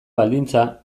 baldintza